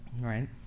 right